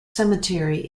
cemetery